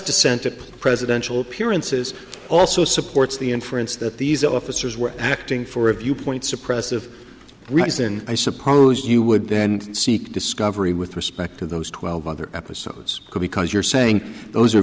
dissent at presidential appearances also supports the inference that these officers were acting for a viewpoint suppressive reason i suppose you would then seek discovery with respect to those twelve other episodes because you're saying those are